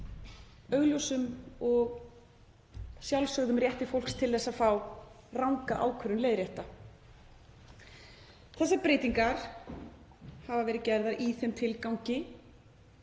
og sjálfsögðum rétti fólks til að fá ranga ákvörðun leiðrétta. Þessar breytingar hafa verið gerðar í þeim tilgangi